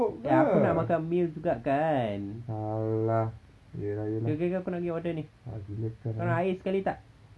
eh aku nak makan meal juga kan okay okay aku nak pergi order ni kau nak air sekali tak